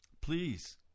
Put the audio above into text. Please